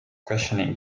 questioning